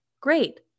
great